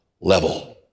level